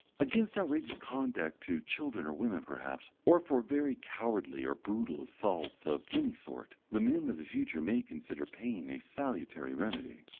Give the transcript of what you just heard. against outrageous conduct to children or women, perhaps, or for very cowardly or brutal assaults of any sort, the men of the future may consider pain a salutary remedy,